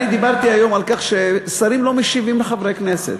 אני דיברתי היום על כך ששרים לא משיבים לחברי כנסת.